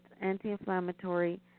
anti-inflammatory